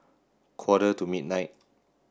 quarter to midnight